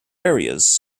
areas